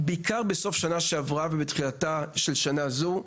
בעיקר בסוף השנה שעברה ובתחילת השנה הזו,